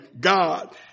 God